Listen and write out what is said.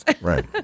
right